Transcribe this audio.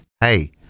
hey